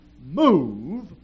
move